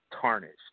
tarnished